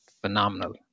phenomenal